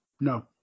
No